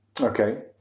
Okay